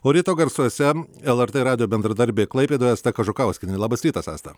o ryto garsuose lrt radijo bendradarbė klaipėdoje asta kažukauskienė labas rytas asta